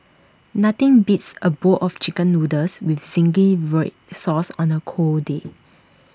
nothing beats A bowl of Chicken Noodles with Zingy Red Sauce on A cold day